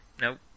nope